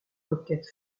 coquette